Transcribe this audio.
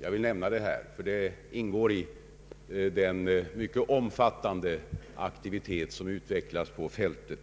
Jag vill nämna detta, för det ingår i den mycket omfattande aktivitet som utvecklas på fältet.